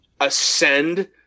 ascend